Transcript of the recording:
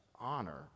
honor